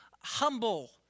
humble